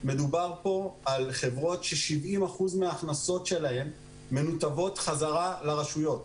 מדובר פה על חברות ש-70% מההכנסות שלהן מנותבות חזרה לרשויות.